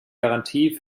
garantie